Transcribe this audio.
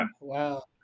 Wow